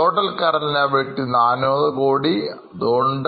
total current liability ഏകദേശം4000കോടിയാണ്